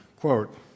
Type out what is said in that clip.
quote